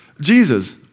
Jesus